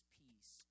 peace